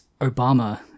obama